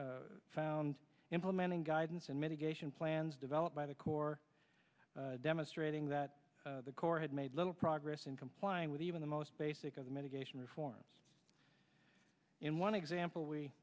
review found implementing guidance and mitigation plans developed by the corps demonstrating that the corps had made little progress in complying with even the most basic of medication reforms in one example we